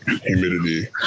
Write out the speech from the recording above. humidity